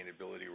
sustainability